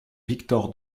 victor